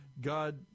God